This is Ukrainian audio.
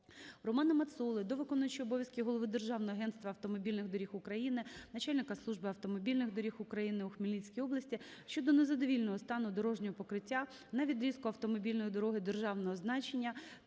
Романа Мацоли до виконуючого обов'язків Голови Державного агентства автомобільних доріг України, начальника Служби автомобільних доріг України у Хмельницькій області щодо незадовільного стану дорожнього покриття на відрізку автомобільної дороги державного значення